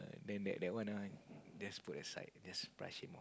then that that one ah that's put aside that's brush him out